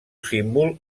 símbol